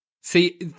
See